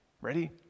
ready